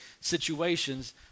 situations